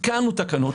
התקנו תקנות.